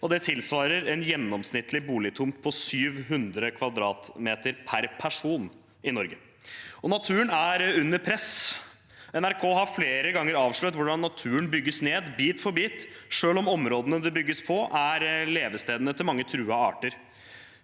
det tilsvarer en gjennomsnittlig boligtomt på 700 m² per person i Norge. Naturen er under press. NRK har flere ganger avslørt hvordan naturen bygges ned bit for bit, selv om områdene det bygges på, er levesteder for mange truede arter,